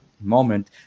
moment